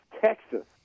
Texas